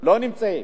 לא נמצאים,